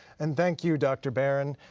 and thank you dr. barron,